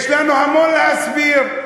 יש לנו המון להסביר.